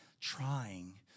trying